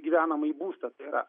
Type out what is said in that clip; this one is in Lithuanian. gyvenamąjį būstą tai yra